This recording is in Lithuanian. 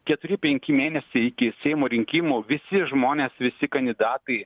keturi penki mėnesiai iki seimo rinkimų visi žmonės visi kandidatai